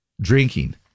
drinking